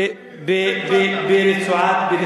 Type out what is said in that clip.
של הנייה, נגד אנשי "פתח".